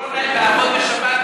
אנשים שלא רוצים לעבוד בשבת,